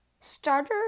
starter